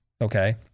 okay